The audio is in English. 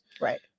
right